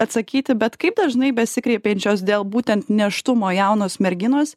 atsakyti bet kaip dažnai besikreipiančios dėl būtent nėštumo jaunos merginos